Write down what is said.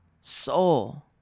soul